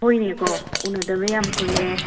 ꯍꯣꯏꯅꯦꯀꯣ ꯎꯅꯗꯕ ꯌꯥꯝ ꯀꯨꯏꯔꯦ